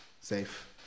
Safe